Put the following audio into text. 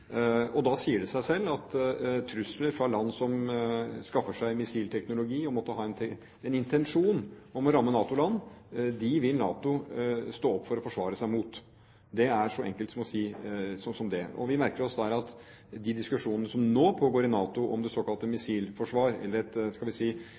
og da sier det seg selv at trusler fra land som skaffer seg missilteknologi, og måtte ha en intensjon om å ramme NATO-land, vil NATO stå opp for og forsvare seg mot. Det er så enkelt som å si det sånn. Og vi merker oss at de diskusjonene som nå pågår i NATO om det såkalte